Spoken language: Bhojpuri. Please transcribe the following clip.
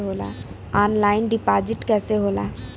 ऑनलाइन डिपाजिट कैसे होला?